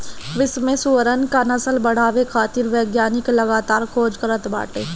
विश्व में सुअरन क नस्ल बढ़ावे खातिर वैज्ञानिक लगातार खोज करत बाटे